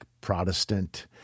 Protestant